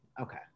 okay